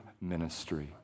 Ministry